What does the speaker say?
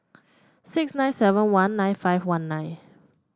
six nine seven one nine five one nine